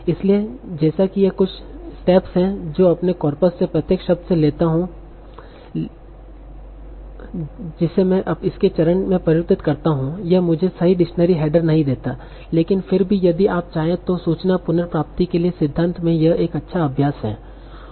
इसलिए जैसे कि ये कुछ स्टेप हैं जो मैं अपने कॉर्पस से प्रत्येक शब्द से लेता हूं जिसे मैं इसके चरण में परिवर्तित करता हूं यह मुझे सही डिक्शनरी हेडर नहीं देता है लेकिन फिर भी यदि आप चाहें तो सूचना पुनर्प्राप्ति के लिए सिद्धांत में यह एक अच्छा अभ्यास है